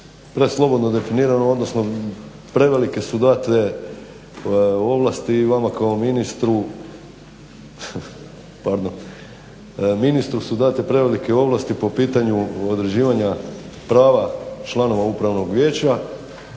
preslobodno definirano odnosno prevelike su date ovlasti i vama kao ministru po pitanju određivanja prava članova upravnog vijeća.